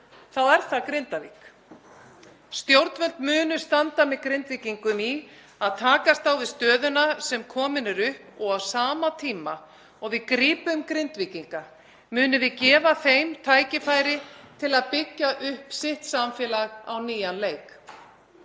þá er það Grindavík. Stjórnvöld munu standa með Grindvíkingum í að takast á við stöðuna sem komin er upp og á sama tíma og við grípum Grindvíkinga munum við gefa þeim tækifæri til að byggja upp sitt samfélag á nýjan leik.